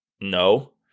No